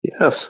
Yes